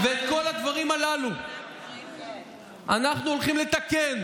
את כל הדברים הללו אנחנו הולכים לתקן,